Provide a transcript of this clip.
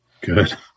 good